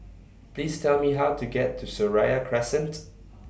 Please Tell Me How to get to Seraya Crescent